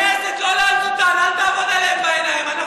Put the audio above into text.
אל תעבוד עליהם בעיניים.